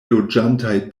loĝantaj